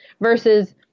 versus